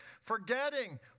Forgetting